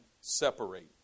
separate